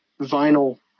vinyl